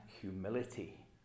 humility